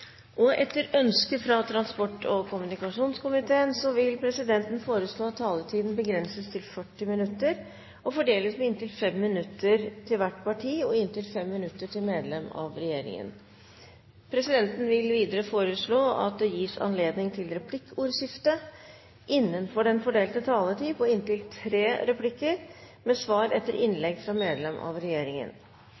15. Etter ønske fra transport- og kommunikasjonskomiteen vil presidenten foreslå at taletiden begrenses til 40 minutter og fordeles med inntil 5 minutter til hvert parti og inntil 5 minutter til medlem av regjeringen. Presidenten vil videre foreslå at det gis anledning til replikkordskifte på inntil tre replikker med svar etter